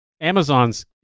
Amazon's